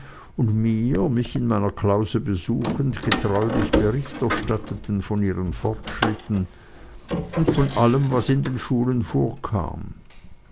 und mir mich in meiner klause besuchend getreulich bericht erstatteten von ihren fortschritten und von allem was in den schulen vorkam